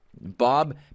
Bob